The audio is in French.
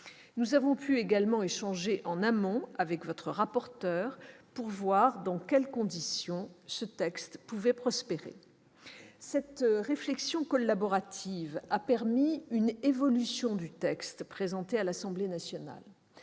Nous avons pu également échanger en amont avec votre rapporteur, pour voir dans quelles conditions ce texte pouvait prospérer. Cette réflexion collaborative a permis une évolution du texte présenté à l'Assemblée nationale.